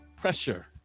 pressure